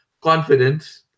confidence